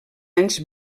anys